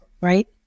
right